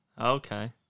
Okay